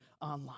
online